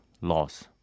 loss